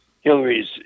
Hillary's